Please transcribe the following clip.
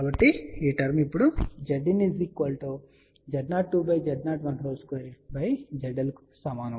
కాబట్టి ఈ టర్మ్ ఇప్పుడు ZinZ02Z01 2ZL కు సమానం